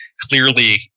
clearly